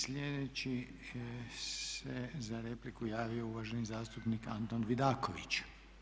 Sljedeći se za repliku javio uvaženi zastupnik Antun Vidaković.